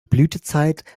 blütezeit